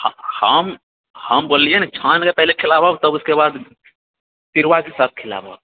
हऽ हम हम बोललिऐ ने छानिके पहिले खिलाबहक तब उसके बाद चिउड़ाके साथ खिलाबहक